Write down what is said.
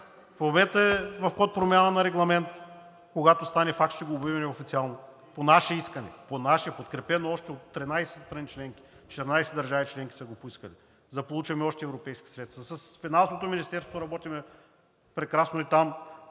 В момента в ход е промяна на регламент и когато това стане факт, ще го обявим официално – по наше искане, подкрепено от още 13 страни членки, а 14 държави членки са го поискали – да получим още европейски средства. С Финансовото министерство работим прекрасно и там